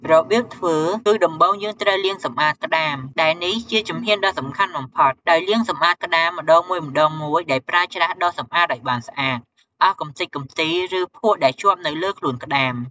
របៀបធ្វើគឺ ដំបូងយើងត្រូវលាងសម្អាតក្ដាម ដែលនេះជាជំហានដ៏សំខាន់បំផុត ដោយលាងសម្អាតក្ដាមម្តងមួយៗដោយប្រើច្រាស់ដុសសម្អាតឲ្យបានស្អាតអស់កម្ទេចកម្ទី ឬភក់ដែលជាប់នៅលើខ្លួនក្ដាម ។